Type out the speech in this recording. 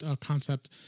concept